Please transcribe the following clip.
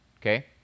okay